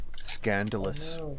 Scandalous